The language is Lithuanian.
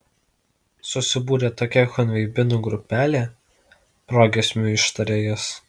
susibūrė tokia chunveibinų grupelė progiesmiu ištarė jis